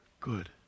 Good